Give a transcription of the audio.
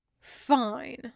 Fine